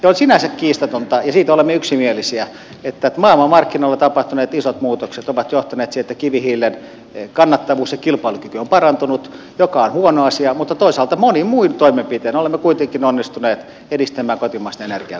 on sinänsä kiistatonta ja siitä olemme yksimielisiä että maailmanmarkkinoilla tapahtuneet isot muutokset ovat johtaneet siihen että kivihiilen kannattavuus ja kilpailukyky ovat parantuneet mikä on huono asia mutta toisaalta monin muin toimenpitein olemme kuitenkin onnistuneet edistämään kotimaista energiaa koko ajan